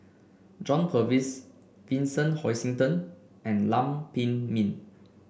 John Purvis Vincent Hoisington and Lam Pin Min